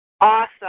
Awesome